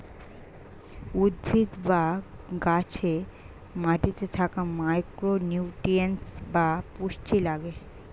উদ্ভিদ বা গাছে মাটিতে থাকা মাইক্রো নিউট্রিয়েন্টস বা পুষ্টি লাগে